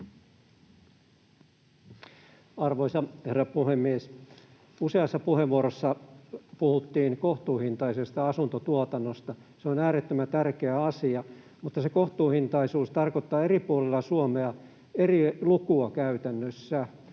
Arvoisa herra puhemies! Useassa puheenvuorossa puhuttiin kohtuuhintaisesta asuntotuotannosta. Se on äärettömän tärkeä asia, mutta se kohtuuhintaisuus tarkoittaa eri puolilla Suomea käytännössä